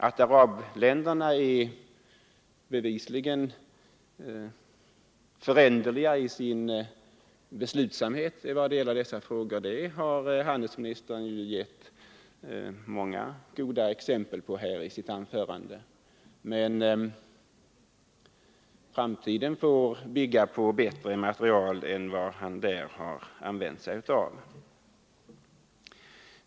Att arabländerna bevisligen är föränderliga i sin beslutsamhet i dessa frågor har handelsministern gett många goda exempel på i sitt anförande. Men bedömningen av framtiden måste bygga på bättre material än vad han här använt.